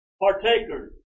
partakers